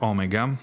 Omega